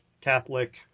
Catholic